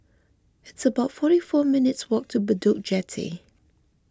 it's about forty four minutes' walk to Bedok Jetty